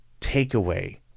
takeaway